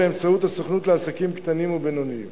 באמצעות הסוכנות לעסקים קטנים ובינוניים,